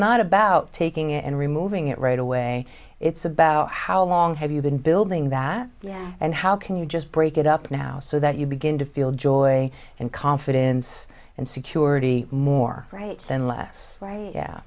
not about taking it and removing it right away it's about how long have you been building that and how can you just break it up now so that you begin to feel joy and confidence and security more right and less right yeah